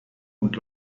und